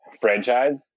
franchise